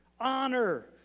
honor